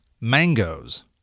mangoes